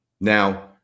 Now